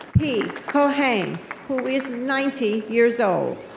kohane, who is ninety years old.